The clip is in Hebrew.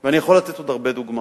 ואני יכול לתת עוד הרבה דוגמאות.